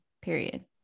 period